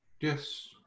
yes